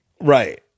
Right